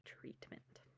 treatment